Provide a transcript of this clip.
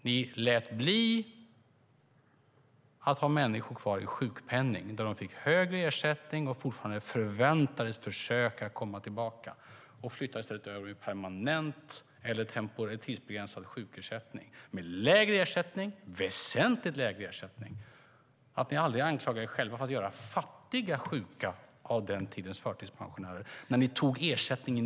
Ni lät bli att ha människor kvar i sjukpenning där de fick högre ersättning och fortfarande förväntades försöka komma tillbaka och flyttade i stället över dem i permanent eller tidsbegränsad sjukersättning med lägre ersättning, väsentligt lägre ersättning. Ni anklagar aldrig er själva för att göra fattiga sjuka av den tidens förtidspensionärer när ni tog ifrån dem ersättningen.